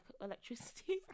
Electricity